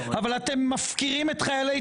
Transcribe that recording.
אתם מפקירים את חיילי צה"ל.